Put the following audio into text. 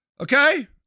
okay